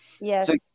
Yes